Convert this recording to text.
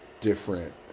different